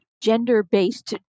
gender-based